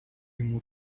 йому